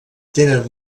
tenen